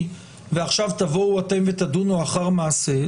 ועכשיו תבואו אתם ותדונו לאחר מעשה,